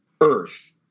Earth